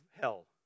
hell